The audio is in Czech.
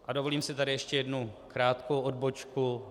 A dovolím si tady ještě jednu krátkou odbočku.